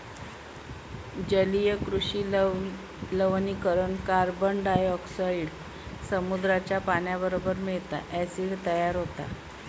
जलीय कृषि लवणीकरण कार्बनडायॉक्साईड समुद्राच्या पाण्याबरोबर मिळता, ॲसिड तयार होता